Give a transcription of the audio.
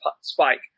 spike